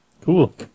Cool